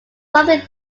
something